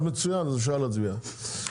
אז אפשר להצביע.